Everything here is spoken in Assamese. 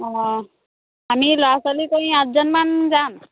অঁ আমি ল'ৰা ছোৱালী কৰি আঠজনমান যাম